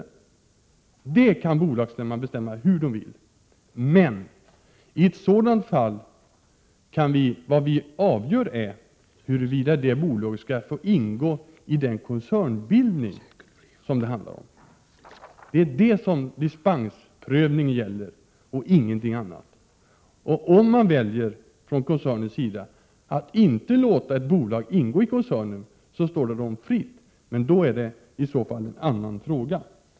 I det fallet kan bolagsstämman besluta hur den vill. Men vad vi kan avgöra är huruvida det bolaget skall få ingå i den koncernbildning det handlar om. Det är den saken dispensprövningen gäller och ingenting annat. Om koncernen väljer att inte låta ett bolag ingå i koncernen, står det bolaget fritt, men då är det fråga om en helt annan sak.